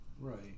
Right